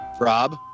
Rob